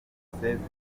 zikoreshwa